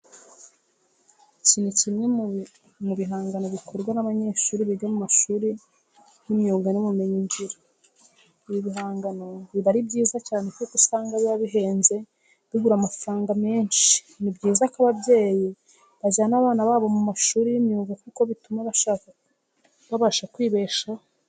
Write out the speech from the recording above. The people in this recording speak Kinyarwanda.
Iki ni kimwe mu bihangano bikorwa n'abanyeshuri biga mu mashuri y'imyuga n'ubumenyingiro. Ibi bigangano biba ari byiza cyane kuko usanga biba bihenze bigura amafaranga menshi. Ni byiza ko ababyeyi bajyana abana babo mu mashuri y'imyuga kuko bituma babasha kwibeshaho.